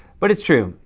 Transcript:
but it's true.